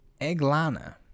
Eglana